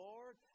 Lord